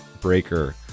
Breaker